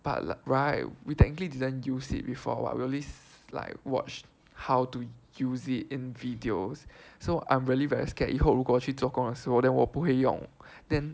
but right we technically didn't use it before [what] we always like watch how to use it in videos so I'm really very scared 以后如果我要去做工的时候 then 我不会用 then